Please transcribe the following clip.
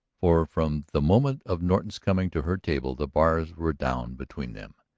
for from the moment of norton's coming to her table the bars were down between them.